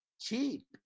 cheap